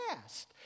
past